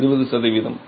20 சதவீதம்